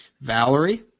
Valerie